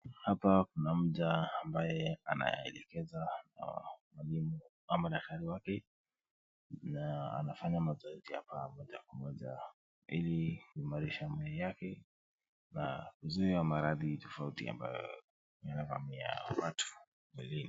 Hapa kuna mja ambaye anaelekezwa na daktari wake. Anafanya mazoezi hapa moja kwa moja ili kuimarisha mwili wake na kuzuia maradhi tofauti ambayo yanavamia watu mwilini.